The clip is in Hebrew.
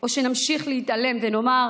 או שנמשיך להתעלם ונאמר,